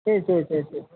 છે છે છે છે